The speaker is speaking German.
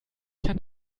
kann